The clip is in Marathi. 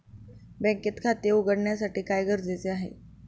बँकेत खाते उघडण्यासाठी काय गरजेचे आहे?